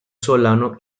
solano